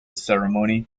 ceremony